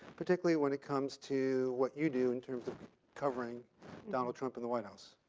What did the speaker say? particularly when it comes to what you do in terms of covering donald trump in the white house.